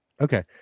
Okay